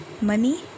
Money